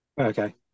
Okay